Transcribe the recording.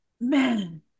man